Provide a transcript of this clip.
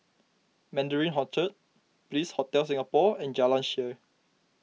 Mandarin Orchard Bliss Hotel Singapore and Jalan Shaer